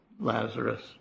Lazarus